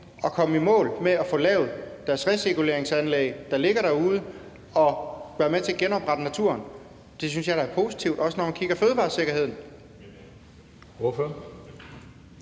at komme i mål med at få lavet deres recirkueringsanlæg, der ligger derude, og at være med til at genoprette naturen. Det synes jeg da er positivt, også når man kigger på fødevaresikkerheden.